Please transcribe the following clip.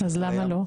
אז למה לא?